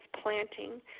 planting